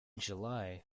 july